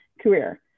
career